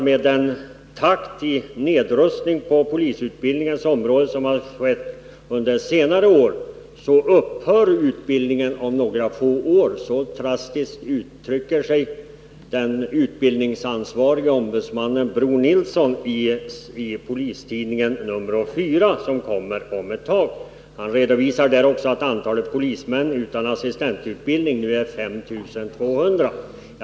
Med den takt i nedrustningen på polisutbildningens område som har skett under senare år upphör utbildningen om några få år — så drastiskt uttrycker sig den utbildningsansvarige ombudsmannen Bror Nilsson i Polistidningen nr 4, som kommer om ett tag. Han redovisar också att antalet polismän utan assistentutbildning nu är 5 200.